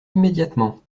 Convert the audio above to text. immédiatement